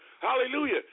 Hallelujah